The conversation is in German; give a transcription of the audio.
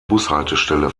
bushaltestelle